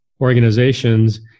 organizations